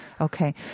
Okay